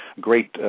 great